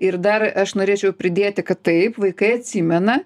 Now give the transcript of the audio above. ir dar aš norėčiau pridėti kad taip vaikai atsimena